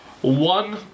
One